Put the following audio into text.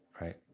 Right